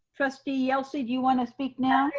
trustee yelsey, do you want to speak now?